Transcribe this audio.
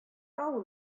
авыл